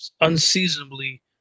Unseasonably